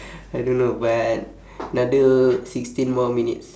I don't know but another sixteen more minute